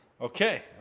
Okay